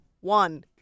One